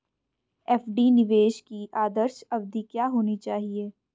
FD निवेश की आदर्श अवधि क्या होनी चाहिए?